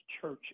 church